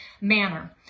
manner